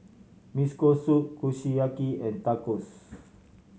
Miso Soup Kushiyaki and Tacos